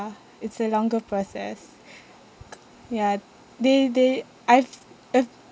it's a longer process ya they they I've